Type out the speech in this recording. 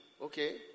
okay